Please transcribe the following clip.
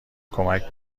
کمک